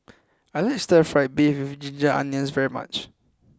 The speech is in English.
I like Stir Fry Beef with Ginger Onions very much